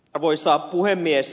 arvoisa puhemies